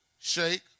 Shake